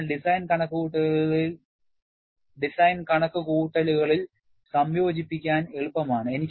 അതിനാൽ ഡിസൈൻ കണക്കുകൂട്ടലുകളിൽ സംയോജിപ്പിക്കാൻ എളുപ്പമാണ്